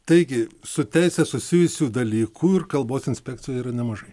taigi su teise susijusių dalykų ir kalbos inspekcijoj yra nemažai